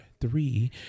Three